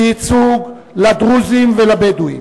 וייצוג לדרוזים ולבדואים.